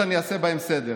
שאני אעשה בהם סדר.